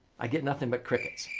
i get nothing but crickets.